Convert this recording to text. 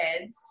kids